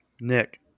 Nick